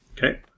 Okay